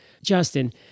Justin